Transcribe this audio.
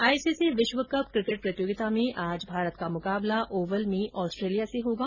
ICC विश्वकप cricket प्रतियोगिता में आज भारत का मुकाबला ओवल में ऑस्ट्रेलिया से होगा